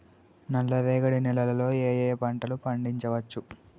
నల్లరేగడి నేల లో ఏ ఏ పంట లు పండించచ్చు?